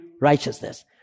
righteousness